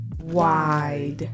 Wide